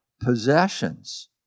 possessions